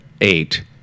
eight